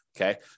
Okay